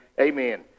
Amen